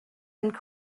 and